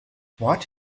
what